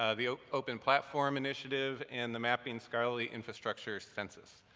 ah the ah open platform initiative, and the mapping scholarly infrastructure census.